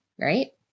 right